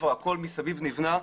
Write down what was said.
כבר הכול מסביב נבנה.